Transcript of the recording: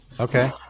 okay